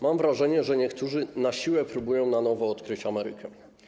Mam wrażenie, że niektórzy na siłę próbują na nowo odkryć Amerykę.